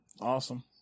Awesome